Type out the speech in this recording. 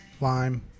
lime